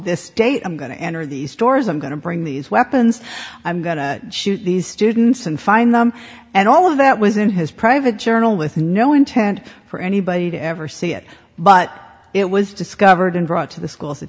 this day i'm going to enter these stores i'm going to bring these weapons i'm going to shoot these students and find them and all of that was in his private journal with no intent for anybody to ever see it but it was discovered and brought to the school's